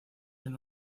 una